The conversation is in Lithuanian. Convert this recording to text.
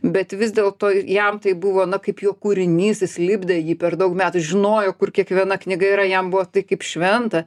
bet vis dėlto jam tai buvo na kaip jo kūrinys jis lipdė jį per daug metų žinojo kur kiekviena knyga yra jam buvo tai kaip šventa